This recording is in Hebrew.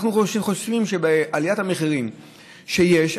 אנחנו חוששים שבעליית המחירים שיש,